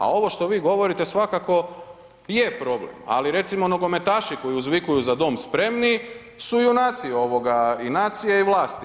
A ovo što vi govorite svakako je problem, ali recimo nogometaši koji uzvikuju „za dom spremni“ su junaci ovoga i nacije i vlasti.